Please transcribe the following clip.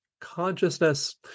consciousness